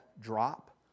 drop